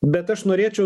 bet aš norėčiau